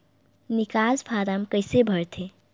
निकास फारम कइसे भरथे?